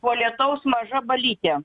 po lietaus maža balytė